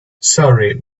sorry